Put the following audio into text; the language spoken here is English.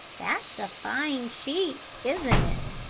that's a fine sheep, isn't it?